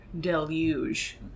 deluge